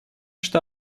что